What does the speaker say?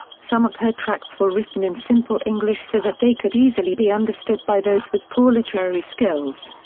some of her tracts were written in simple english so that they could easily be understood by those with poor literary skills.